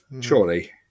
Surely